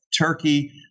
Turkey